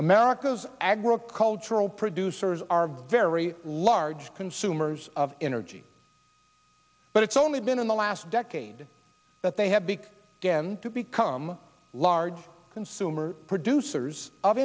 america's agricultural producers are very large consumers of energy but it's only been in the last decade that they have big again to become large consumers producers of